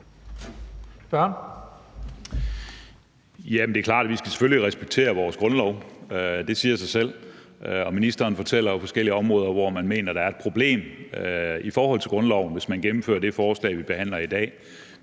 det er klart, at vi selvfølgelig skal respektere vores grundlov. Det siger sig selv. Ministeren nævner jo forskellige områder, hvor man mener der er et problem i forhold til grundloven, hvis man gennemfører det forslag, vi behandler i dag.